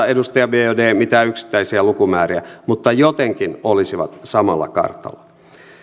edustaja biaudet mitään yksittäisiä lukumääriä eli jotenkin olisivat samalla kartalla